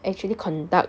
actually conduct